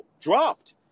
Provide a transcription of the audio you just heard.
dropped